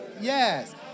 yes